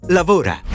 lavora